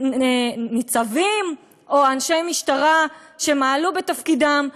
ניצבים או אנשי משטרה שמעלו בתפקידם,